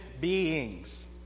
beings